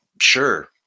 sure